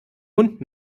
hund